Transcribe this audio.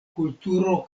kulturo